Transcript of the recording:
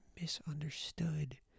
misunderstood